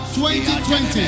2020